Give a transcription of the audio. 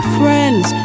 friends